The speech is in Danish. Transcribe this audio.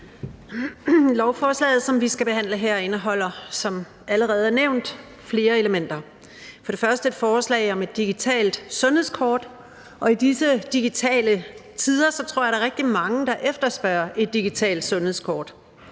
Lovforslaget, som vi skal behandle her, indeholder som allerede nævnt flere elementer. Det indeholder bl.a. et forslag om et digitalt sundhedskort. Og i disse digitale tider tror jeg, der er rigtig mange, der efterspørger et digitalt sundhedskort.